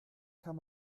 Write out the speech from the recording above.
kann